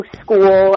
school